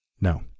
No